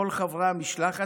כל חברי המשלחת,